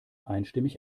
einstimmig